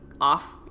off